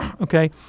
okay